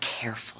careful